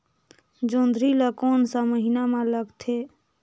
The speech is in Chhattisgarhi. जोंदरी ला कोन सा महीन मां लगथे?